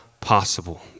possible